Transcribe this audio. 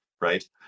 Right